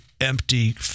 empty